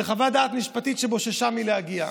לחוות דעת משפטית, והיא בוששה להגיע.